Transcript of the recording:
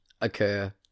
occur